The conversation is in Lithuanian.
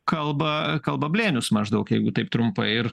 kalba kalba blėnius maždaug jeigu taip trumpai ir